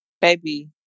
Baby